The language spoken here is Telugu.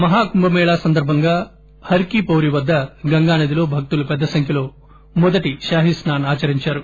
మహాకుంభమేళా సందర్బంగా హర్ కి పౌరి వద్ద గంగానదిలో భక్తులు పెద్దసంఖ్యలో మొదటి షాహి స్పాన్ ఆచరించారు